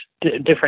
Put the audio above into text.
different